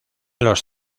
los